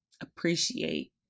appreciate